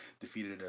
defeated